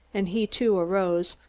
and he, too, arose.